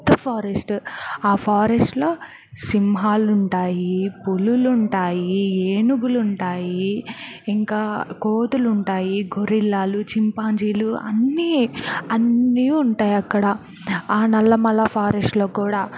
forest ఆ ఫారెస్టలో సింహాలు ఉంటాయి పులులుంటాయి ఏనుగులుంటాయి ఇంకా కోతులుంటాయి గొరిలాలు చింపాంజీలు అన్నీ అన్నీ ఉంటాయి అక్కడ ఆ నల్లమల్ల ఫారెస్టలో కూడా